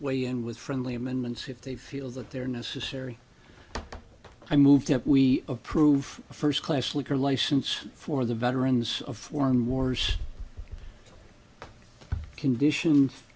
in with friendly amendments if they feel that they're necessary i moved we approve a first class liquor license for the veterans of foreign wars condition